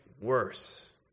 worse